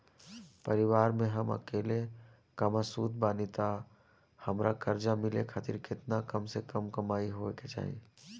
परिवार में हम अकेले कमासुत बानी त हमरा कर्जा मिले खातिर केतना कम से कम कमाई होए के चाही?